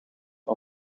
een